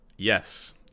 Yes